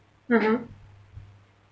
(uh huh)